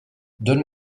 donne